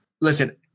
Listen